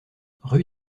rue